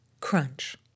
Crunch